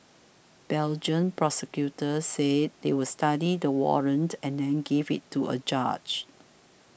Belgian prosecutors said they would study the warrant and then give it to a judge